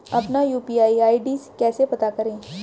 अपना UPI ID कैसे पता करें?